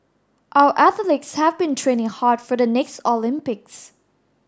our athletes have been training hard for the next Olympics